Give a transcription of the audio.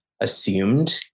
assumed